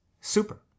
super